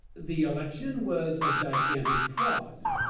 the election was a gigantic fraud,